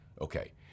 Okay